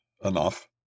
enough